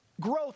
growth